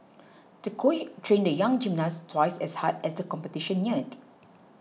the coach trained the young gymnast twice as hard as the competition neared